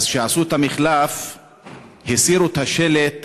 כשעשו את המחלף הסירו את השלט "אבו-גוש",